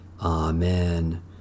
Amen